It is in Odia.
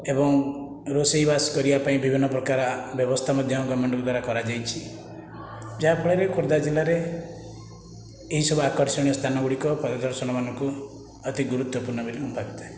ଏବଂ ରୋଷେଇବାସ କରିବା ପାଇଁ ବିଭିନ୍ନ ପ୍ରକାର ବ୍ୟବସ୍ଥା ମଧ୍ୟ ଗମେଣ୍ଟଙ୍କ ଦ୍ଵାରା କରାଯାଇଛି ଯାହାଫଳରେ ଖୋର୍ଦ୍ଧା ଜିଲ୍ଲାରେ ଏହିସବୁ ଆକର୍ଷଣୀୟ ସ୍ଥାନ ଗୁଡ଼ିକ ପରିଦର୍ଶନମାନଙ୍କୁ ଅତି ଗୁରୁତ୍ଵପୂର୍ଣ୍ଣ ବୋଲି ମୁଁ ଭାବିଥାଏ